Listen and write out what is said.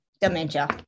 dementia